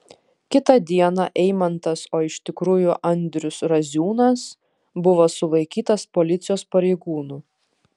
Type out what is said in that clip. kitą dieną eimantas o iš tikrųjų andrius raziūnas buvo sulaikytas policijos pareigūnų